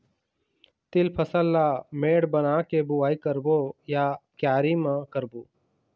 तील फसल ला मेड़ बना के बुआई करबो या क्यारी म करबो?